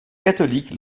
catholiques